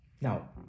Now